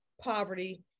poverty